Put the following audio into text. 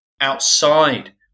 outside